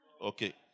Okay